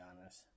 honest